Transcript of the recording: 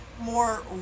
more